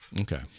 Okay